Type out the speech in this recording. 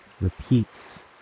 repeats